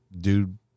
dude